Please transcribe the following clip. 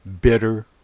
bitter